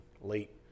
late